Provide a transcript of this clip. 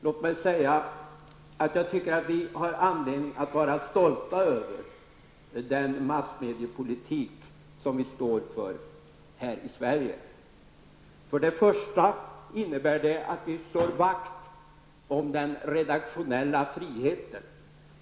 Låt mig säga att jag tycker att vi har anledning att vara stolta över den massmediepolitik som vi står för här i Sverige. För det första innebär den att vi slår vakt om den redaktionella friheten.